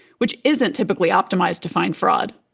which isn't typically optimized to find fraud.